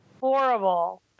Horrible